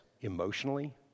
emotionally